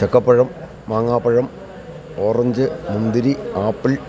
ചക്കപ്പഴം മാങ്ങാപ്പഴം ഓറഞ്ച് മുന്തിരി ആപ്പിൾ